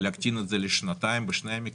להקטין את זה לשנתיים בשני המקרים?